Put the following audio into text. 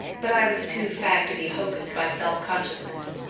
but i was too fagged to be hocused by self-consciousness.